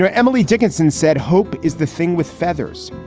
ah emily dickinson said hope is the thing with feathers.